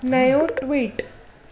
नयों ट्वीट